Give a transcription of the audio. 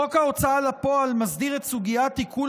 חוק ההוצאה לפועל מסדיר את סוגיית עיקול